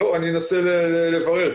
אנסה לברר.